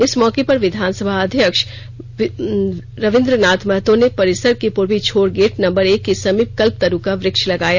इस मौके पर विधानसभा अध्यक्ष विधानसभा रबीद्र नाथ महतो ने परिसर के पूर्वी छोर गेट नंबर एक के समीप कल्पतरु का व्रक्ष लगया